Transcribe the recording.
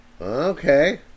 Okay